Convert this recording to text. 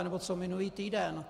Anebo co minulý týden?